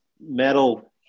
metal